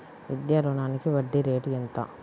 విద్యా రుణానికి వడ్డీ రేటు ఎంత?